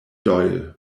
doyle